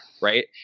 Right